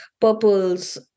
purples